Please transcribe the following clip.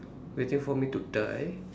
waiting for me to die